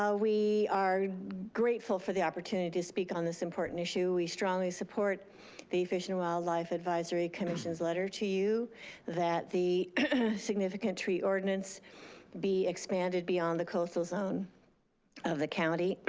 ah we are grateful for the opportunity to speak on this important issue. we strongly support the fish and wildlife advisory commission's letter to you that the significant tree ordinance be expanded beyond the coastal zone of the county,